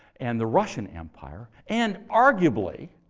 and the russian empire, and, arguably,